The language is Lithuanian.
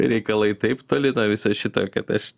reikalai taip toli nuo viso šito kad aš